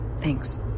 thanks